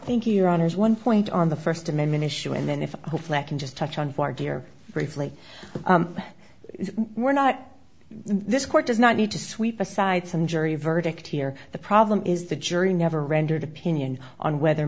thank you your honor is one point on the st amendment issue and then if hopefully i can just touch on for dear briefly we're not this court does not need to sweep aside some jury verdict here the problem is the jury never rendered opinion on whether